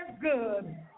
good